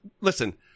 listen